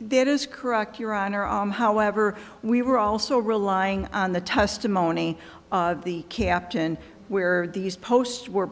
that is correct your honor however we were also relying on the testimony of the captain where these post